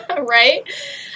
right